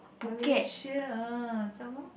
Malaysia some more